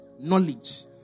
knowledge